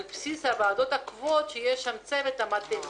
בסיס הוועדות הקבועות שיש שם צוות מתאים.